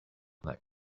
that